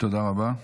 תודה רבה.